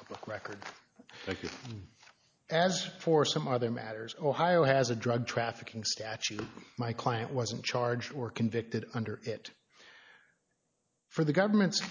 a public record thank you as for some other matters ohio has a drug trafficking statute or my client wasn't charged or convicted under it for the government's